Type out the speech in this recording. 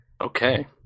okay